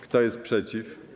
Kto jest przeciw?